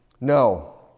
No